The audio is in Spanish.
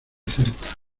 cerca